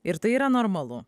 ir tai yra normalu